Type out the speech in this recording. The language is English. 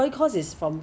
but Ezbuy